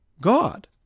God